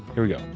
here we go.